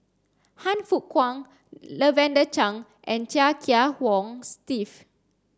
Han Fook Kwang Lavender Chang and Chia Kiah Hong Steve